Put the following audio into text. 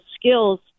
skills